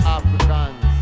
Africans